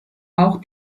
auch